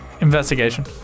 Investigation